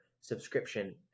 subscription